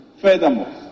Furthermore